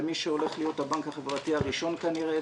למי שהולך להיות הבנק החברתי הראשון כנראה,